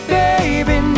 baby